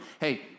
Hey